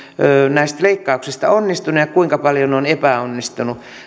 näistä leikkauksista onnistunut ja ja kuinka paljon on epäonnistunut